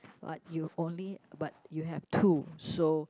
but you've only but you have two so